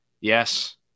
Yes